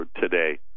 today